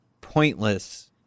pointless